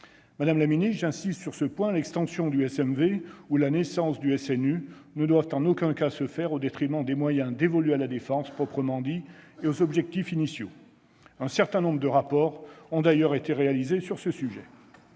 Madame la ministre, j'insiste sur ce point : l'extension du SMV ou la naissance du SNU ne doivent en aucun cas se faire au détriment des moyens dévolus à la défense proprement dite et aux objectifs initiaux. Un certain nombre de rapports ont d'ailleurs été réalisés sur le sujet.